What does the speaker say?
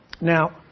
Now